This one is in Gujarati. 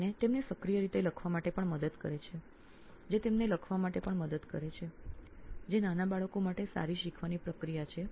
આ તેમને સક્રિય રૂપે વારંવાર લખવામાં પણ મદદ કરે છે જે નાના બાળકો માટે એક સારી શિક્ષણ પ્રક્રિયા છે